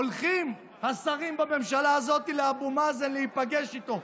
הולכים השרים בממשלה הזאת לאבו מאזן, להיפגש איתו,